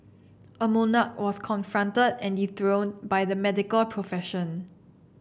a monarch was confronted and dethroned by the medical profession